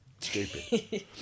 stupid